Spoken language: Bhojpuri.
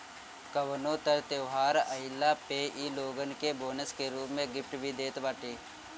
कवनो तर त्यौहार आईला पे इ लोगन के बोनस के रूप में गिफ्ट भी देत बाटे